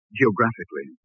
geographically